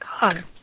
God